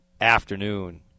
afternoon